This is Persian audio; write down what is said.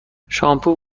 شامپو